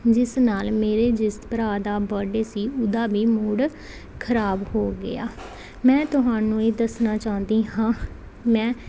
ਜਿਸ ਨਾਲ ਮੇਰੇ ਜਿਸ ਭਰਾ ਦਾ ਬਰਡੇ ਸੀ ਉਹਦਾ ਵੀ ਮੂਡ ਖ਼ਰਾਬ ਹੋ ਗਿਆ ਮੈਂ ਤੁਹਾਨੂੰ ਇਹ ਦੱਸਣਾ ਚਾਹੁੰਦੀ ਹਾਂ ਮੈਂ